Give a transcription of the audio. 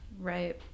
right